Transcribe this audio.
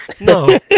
no